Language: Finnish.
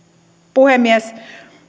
puhemies